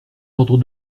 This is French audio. ordre